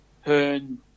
Hearn